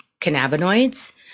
cannabinoids